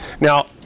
Now